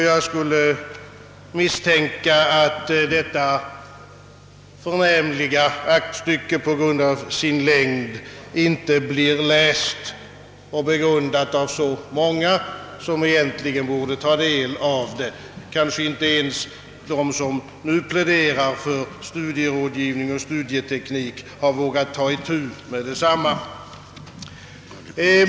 Jag misstänker, att detta förnämliga aktstycke på grund av sin längd inte blir läst och begrundat av så många som egentligen borde ta del av det. Kanske inte ens de som nu pläderar för studierådgivning och studieteknik har vågat ta itu med detsamma.